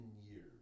years